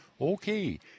Okay